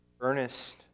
Ernest